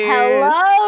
Hello